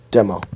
Demo